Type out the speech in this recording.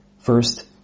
First